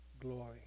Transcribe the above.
glory